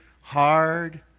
hard